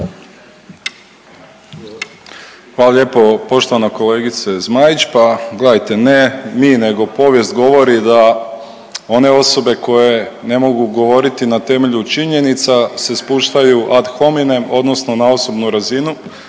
Hvala lijepo poštovana kolegice Zmaić, pa gledajte ne mi nego povijest govori da one osobe koje ne mogu govoriti na temelju činjenica se spuštaju ad hominem odnosno na osobnu razinu.